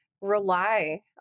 rely